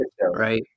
right